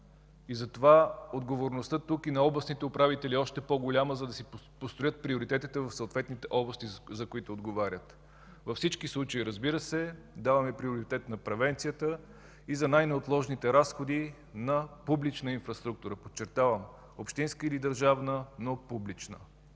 и затова отговорността тук и на областните управители е още по-голяма, за да си построят приоритетите в съответните области, за които отговарят. Във всички случаи, разбира се, даваме приоритет на превенцията и за най-неотложните разходи на публична инфраструктура, подчертавам – общинска или държавна, но публична.